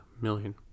million